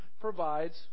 provides